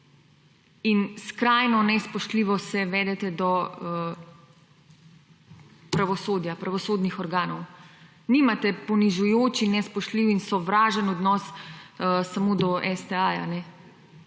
in skrajno nespoštljivo se vedete do pravosodja, pravosodnih organov. Nimate ponižujoč in nespoštljiv in sovražen odnos samo do STA